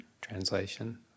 translation